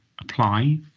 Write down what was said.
apply